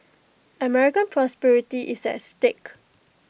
American prosperity is at stake